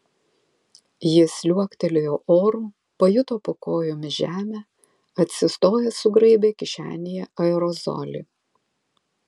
jis liuoktelėjo oru pajuto po kojomis žemę atsistojęs sugraibė kišenėje aerozolį